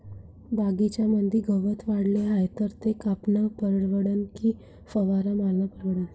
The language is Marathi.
बगीच्यामंदी गवत वाढले हाये तर ते कापनं परवडन की फवारा मारनं परवडन?